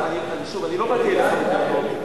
שוב, אני לא בא להילחם אתך פה.